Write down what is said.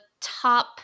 top